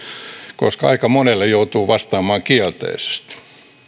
koska aika monelle joutuu vastaamaan kielteisesti